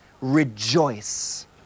Rejoice